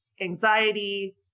anxiety